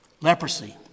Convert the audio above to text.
Leprosy